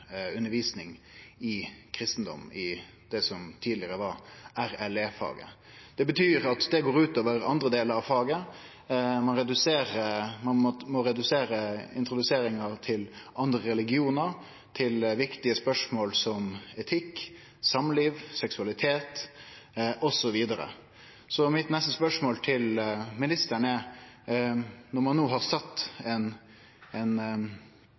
undervising i kristendom i det som tidlegare var RLE-faget. Det betyr at det går ut over andre delar av faget, ein må redusere introduseringar til andre religionar, til viktige spørsmål som etikk, samliv, seksualitet, osv. Så mitt neste spørsmål til ministeren er: Når ein no har sett